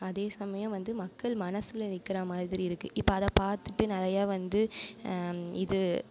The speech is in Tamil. அதே சமயம் மக்கள் மனசில் நிற்கிறாமாதிரிருக்கு இப்போ அதை பார்த்துட்டு நிறையா வந்து இது